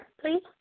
please